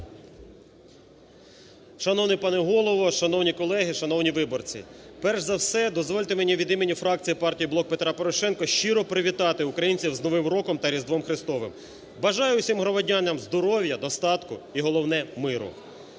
Шановний пане Голово! Шановні колеги! Шановні виборці! Перш за все дозвольте мені від фракції Партії "Блок Петра Порошенка" щиро привітати українців з Новим роком та Різдвом Христовим. Бажаю всім громадянам здоров'я, достатку, і головне – миру.